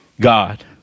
God